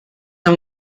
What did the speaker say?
and